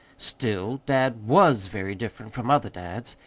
still, dad was very different from other dads.